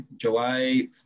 July